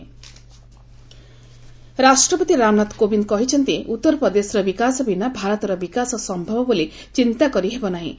president ଓଡ୍ରପ ରାଷ୍ଟ୍ରପତି ରାମନାଥ କୋବିନ୍ଦ କହିଛନ୍ତି ଯେ ଉତ୍ତର ପ୍ରଦେଶର ବିକାଶ ବିନା ଭାରତର ବିକାଶ ସମ୍ଭବ ବୋଲି ଚିନ୍ତା କରିହେବ ନାହିଁ